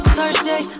Thursday